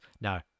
no